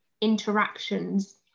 interactions